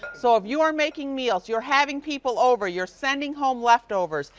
so if you are making meals, you're having people over, you're sending home leftovers,